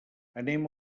anem